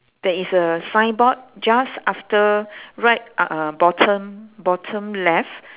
there is a signboard just after right uh uh bottom bottom left